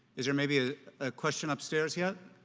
is there maybe a question upstairs yet?